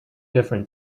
different